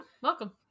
welcome